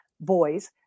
boys